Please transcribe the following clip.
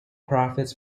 profits